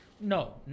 no